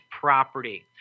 property